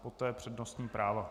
Poté přednostní práva.